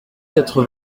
quatre